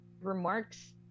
remarks